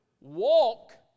Walk